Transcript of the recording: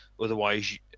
Otherwise